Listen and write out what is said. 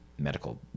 Medical